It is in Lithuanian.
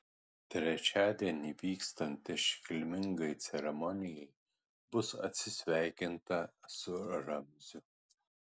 trečiadienį vykstant iškilmingai ceremonijai bus atsisveikinta su ramziu